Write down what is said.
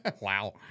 Wow